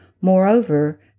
Moreover